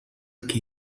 que